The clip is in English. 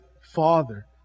Father